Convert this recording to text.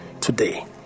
today